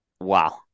Wow